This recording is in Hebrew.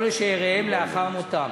ללא נמנעים.